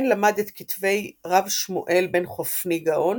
כן למד את כתבי רב שמואל בן חפני גאון,